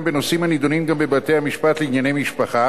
בנושאים הנדונים גם בבתי-המשפט לענייני משפחה